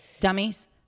dummies